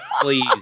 please